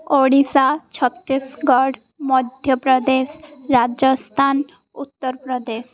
Odisha Chhattisgarh Madhya Pradesh Rajasthan Uttar Pradesh